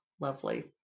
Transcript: lovely